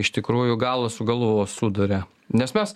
iš tikrųjų galą su galu vos suduria nes mes